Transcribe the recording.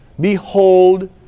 behold